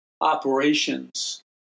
operations